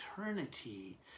eternity